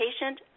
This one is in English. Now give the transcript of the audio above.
patient